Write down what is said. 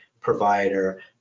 provider